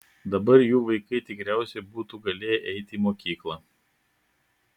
dabar jų vaikai tikriausiai būtų galėję eiti į mokyklą